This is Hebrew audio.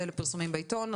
אלה פרסומים בעיתון,